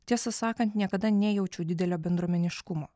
tiesą sakant niekada nejaučiau didelio bendruomeniškumo